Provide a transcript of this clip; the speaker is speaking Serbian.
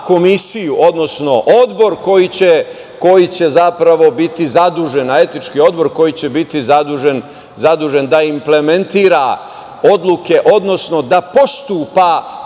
komisiju, odnosno odbor koji će zapravo biti zadužen, etički odbor koji će biti zadužen da implementira odluke, odnosno da postupa